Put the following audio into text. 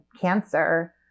cancer